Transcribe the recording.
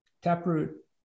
Taproot